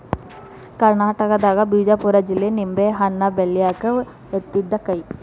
ಕರ್ನಾಟಕದಾಗ ಬಿಜಾಪುರ ಜಿಲ್ಲೆ ನಿಂಬೆಹಣ್ಣ ಬೆಳ್ಯಾಕ ಯತ್ತಿದ ಕೈ